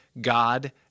God